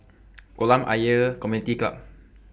Kolam Ayer Community Club